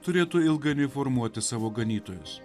turėtų ilgainiui formuoti savo ganytojus